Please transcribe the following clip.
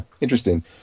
Interesting